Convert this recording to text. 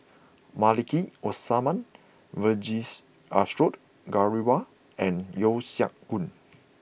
Maliki Osman Vijesh Ashok Ghariwala and Yeo Siak Goon